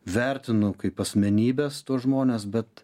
vertinu kaip asmenybes tuos žmones bet